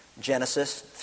Genesis